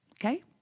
Okay